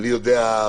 ואני יודע,